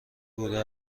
بوده